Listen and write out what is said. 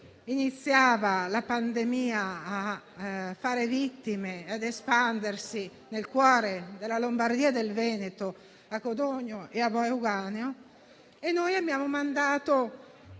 iniziava a fare vittime e a espandersi nel cuore della Lombardia e del Veneto, a Codogno e a Vo' Euganeo, quando abbiamo mandato